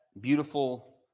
beautiful